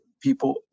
people